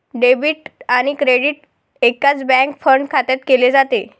debit आणि credit एकाच bank fund खात्यात केले जाते